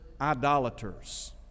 idolaters